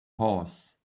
horse